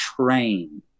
train